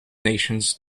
nations